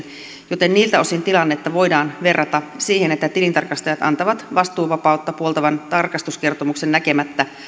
joten niiltä osin tilannetta voidaan verrata siihen että tilintarkastajat antavat vastuuvapautta puoltavan tarkastuskertomuksen näkemättä